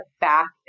back